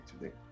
today